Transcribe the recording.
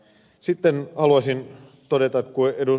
sitten haluaisin todeta kun ed